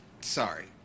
Sorry